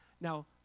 Now